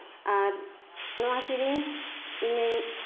ᱟᱨ ᱱᱚᱣᱟ ᱥᱮᱨᱮᱧ ᱤᱧᱤᱧ